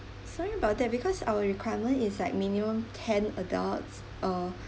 sorry about that because our requirement is like minimum ten adults uh